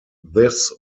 this